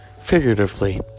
figuratively